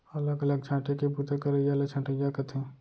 अलग अलग छांटे के बूता करइया ल छंटइया कथें